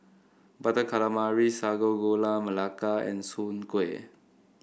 Butter Calamari Sago Gula Melaka and Soon Kueh